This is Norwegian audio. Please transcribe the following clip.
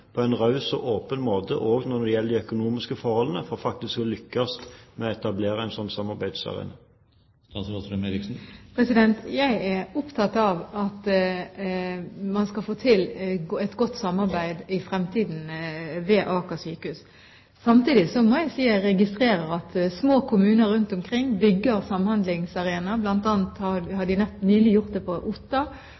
på en raus og åpen måte, også når det gjelder de økonomiske forholdene, for at de faktisk skal lykkes med å etablere en slik samarbeidsarena? Jeg er opptatt av at man skal få til et godt samarbeid ved Aker sykehus i fremtiden. Samtidig må jeg si at jeg registrerer at små kommuner rundt omkring bygger samhandlingsarenaer. Blant annet har